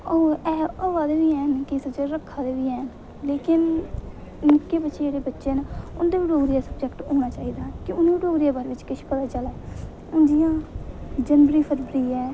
और हैन आवै दे बी हैन किश रक्खे दे बी हैन लेकिन लोकें जेह्के बच्चे न उं'दा बी डोगरी दा सब्जैक्ट होना चाहिदा उ'नें बी डोगरी दे बारे किश सोचना चाहिदा हून जि'यां जनवरी फरवरी ऐ